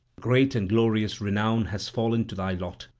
great and glorious renown has fallen to thy lot.